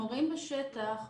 המורים בשטח,